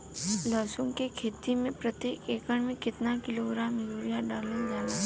लहसुन के खेती में प्रतेक एकड़ में केतना किलोग्राम यूरिया डालल जाला?